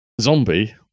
Zombie